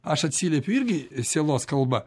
aš atsiliepiu irgi sielos kalba